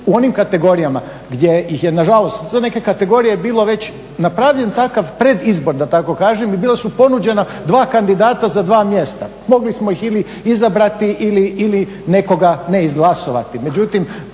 u onim kategorijama ih je nažalost za neke kategorije je bilo već napravljen takav pred izbor da tako kažem i bila su ponuđena dva kandidata za dva mjesta. Mogli smo ili izabrati ili nekoga ne izglasovati.